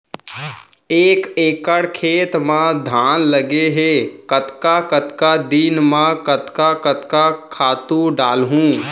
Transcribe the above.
एक एकड़ खेत म धान लगे हे कतका कतका दिन म कतका कतका खातू डालहुँ?